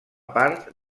part